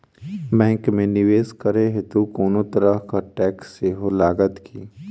Bank मे निवेश करै हेतु कोनो तरहक टैक्स सेहो लागत की?